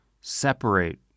separate